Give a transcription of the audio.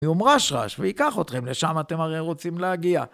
ואום רש-רש, והיא ייקח אתכם לשם אתם הרי רוצים להגיע.